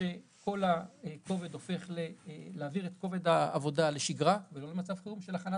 אומר להעביר את כובד העבודה של הכנת המאגר לשגרה ולא למצב חירום,